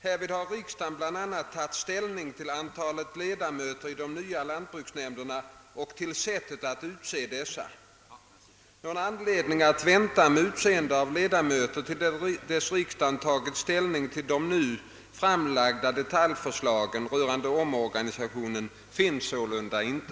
Härvid har riksdagen bl.a. tagit ställning till antalet ledamöter i de nya lantbruksnämnderna och till sättet att utse dessa. Någon anledning att vänta med utseendet av ledamöterna till dess riksdagen tagit ställning till de nu framlagda detaljförslagen rörande omorganisationen finns sålunda inte.